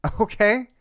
Okay